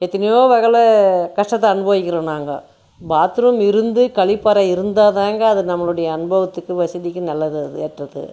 எத்தனியோ வகையில் கஷ்டத்தை அனுபவிக்கிறோம் நாங்கள் பாத்ரூம் இருந்து கழிப்பறை இருந்தால் தாங்க அது நம்மளோடய அனுபவத்துக்கும் வசதிக்கும் நல்லது அது ஏற்றது